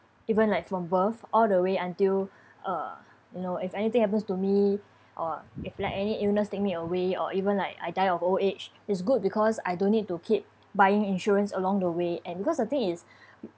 even like from birth all the way until uh you know if anything happens to me or if like any illness take me away or even like I die of old age is good because I don't need to keep buying insurance along the way and because the thing is